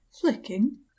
Flicking